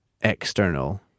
external